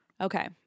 Okay